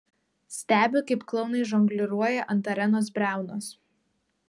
stebi kaip klounai žongliruoja ant arenos briaunos